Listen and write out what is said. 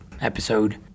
episode